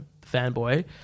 fanboy